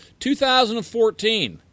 2014